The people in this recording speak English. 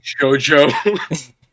Jojo